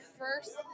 first